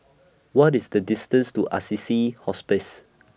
What IS The distance to Assisi Hospice